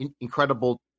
incredible